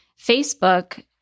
Facebook